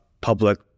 public